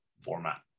format